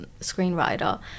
screenwriter